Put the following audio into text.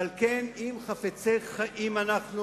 ועל כן, אם חפצי חיים אנחנו,